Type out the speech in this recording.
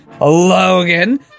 Logan